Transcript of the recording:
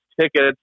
tickets